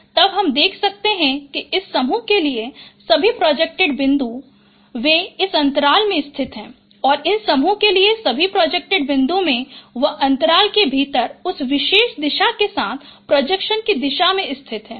तब हम देख सकते हैं कि इस समूह के लिए सभी प्रोजेक्टेड बिंदु वे इस अंतराल में स्थित हैं और इन समूह के लिए सभी प्रोजेक्टेड बिंदु वे इस अंतराल के भीतर उस विशेष दिशा के साथ प्रोजेक्शन की दिशा में स्थित हैं